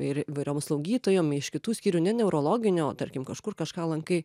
ir įvairiom slaugytojom iš kitų skyrių ne neurologinio o tarkim kažkur kažką lankai